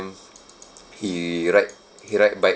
he ride he ride bike